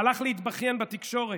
הלך להתבכיין בתקשורת.